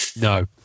No